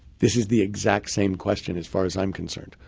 this is the exact same question, as far as i'm concerned.